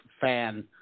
fan